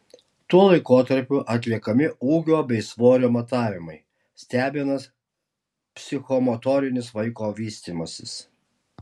tuo laikotarpiu atliekami ūgio bei svorio matavimai stebimas psichomotorinis vaiko vystymasis